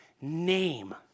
name